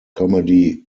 comedy